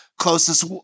closest